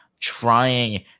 trying